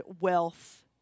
wealth